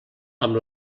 amb